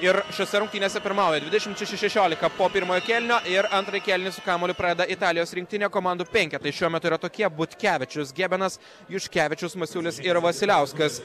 ir šiose rungtynėse pirmauja dvidešimt šeši šešiolika po pirmojo kėlinio ir antrąjį kėlinį su kamuoliu pradeda italijos rinktinė komandų penketai šiuo metu yra tokie butkevičius gebenas juškevičius masiulis ir vasiliauskas